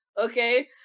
okay